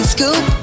Scoop